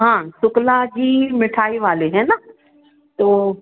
हाँ शुक्ला जी मिठाई वाले है ना तो